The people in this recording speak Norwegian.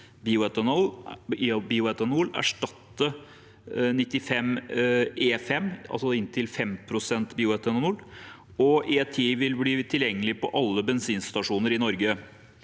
bioetanol, erstatte 95 E5, altså inntil 5 pst. bioetanol, og E10 vil bli tilgjengelig på alle bensinstasjoner i Norge.